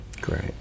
Great